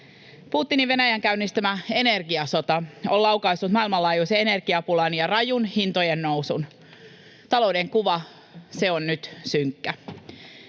Putinin Venäjän käynnistämä energiasota on laukaissut maailmanlaajuisen energiapulan ja rajun hintojen nousun. Talouden kuva, se on nyt synkkä.